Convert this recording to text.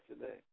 today